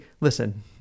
listen